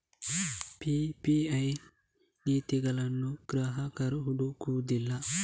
PPI ನೀತಿಗಳನ್ನು ಗ್ರಾಹಕರು ಹುಡುಕುವುದಿಲ್ಲ